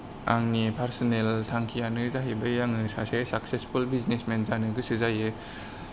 आंनि पार्सनेल थांखियानो जाहैबाय बै आङो सासे साकसेसफुल बिजनेसमेन जानो गोसो जायो